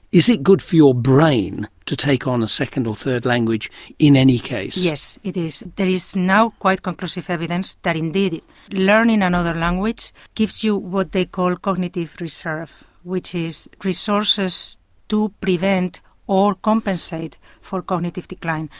is it good for your brain to take on a second or third language in any case? yes, it is. there is now quite conclusive evidence that indeed learning another language gives you what they call cognitive reserve, which is resources to prevent or compensate for cognitive decline.